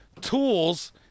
tools